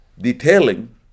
detailing